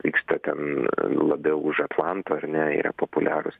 vyksta ten labiau už atlanto ar ne yra populiarūs